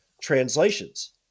translations